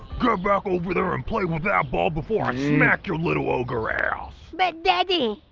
go back over there that ball before i smack your little ogre ass! but daddy.